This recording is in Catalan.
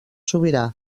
sobirà